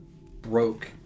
broke